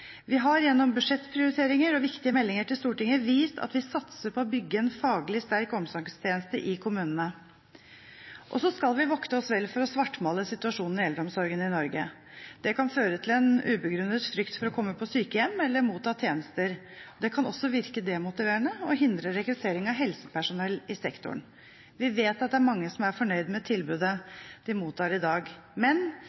Vi har gjennom budsjettprioriteringer og viktige meldinger til Stortinget vist at vi satser på å bygge en faglig sterk omsorgstjeneste i kommunene. Så skal vi vokte oss vel for å svartmale situasjonen i eldreomsorgen i Norge. Det kan føre til en ubegrunnet frykt for å komme på sykehjem eller motta tjenester. Det kan også virke demotiverende og hindre rekruttering av helsepersonell i sektoren. Vi vet at det er mange som er fornøyd med tilbudet de mottar i dag, men